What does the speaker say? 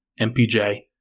MPJ